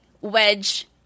Wedge